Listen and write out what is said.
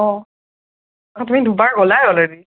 অঁ তুমি দুবাৰ গ'লাই অলৰেডি